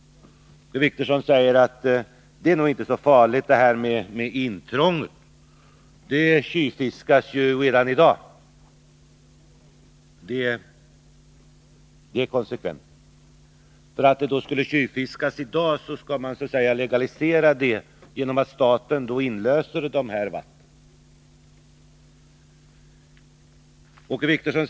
Åke Wictorsson säger att det här med intrång nog inte är så farligt. Det tjuvfiskas ju redan i dag. Ja, det är konsekvent. För att det skulle tjuvfiskas i dag skall man alltså så att säga legalisera tjuvfisket genom att staten löser in aktuella vatten.